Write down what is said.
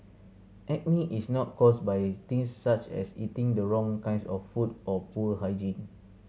acne is not caused by things such as eating the wrong kinds of food or poor hygiene